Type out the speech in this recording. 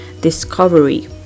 discovery